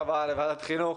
רם שפע (יו"ר ועדת החינוך,